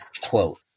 quote